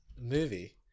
Movie